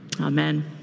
Amen